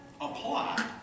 apply